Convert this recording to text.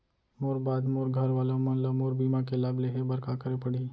मोर बाद मोर घर वाला मन ला मोर बीमा के लाभ लेहे बर का करे पड़ही?